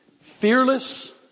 Fearless